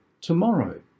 tomorrow